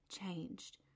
Changed